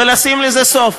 ולשים לזה סוף.